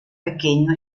pequeño